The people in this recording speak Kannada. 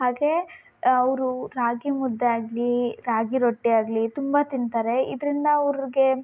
ಹಾಗೇ ಅವರು ರಾಗಿ ಮುದ್ದೆ ಆಗಲಿ ರಾಗಿ ರೊಟ್ಟಿ ಆಗಲಿ ತುಂಬ ತಿಂತಾರೆ ಇದರಿಂದ ಅವ್ರಿಗೆ